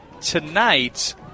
tonight